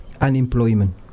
unemployment